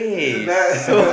this is bad